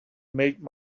make